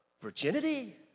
virginity